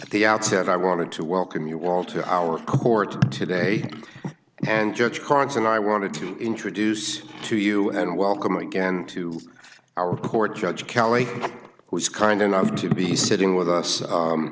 at the outset i wanted to welcome you all to our court today and judge cards and i wanted to introduce to you and welcome again to our court judge kelly was kind enough to be sitting with us